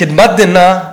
מקדמת דנא,